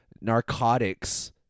narcotics